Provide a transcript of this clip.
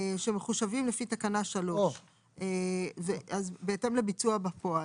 שמחושבים לפי תקנה 3. אז בהתאם לביצוע בפועל.